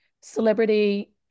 celebrity